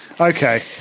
Okay